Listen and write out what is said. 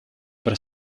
per